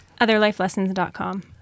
Otherlifelessons.com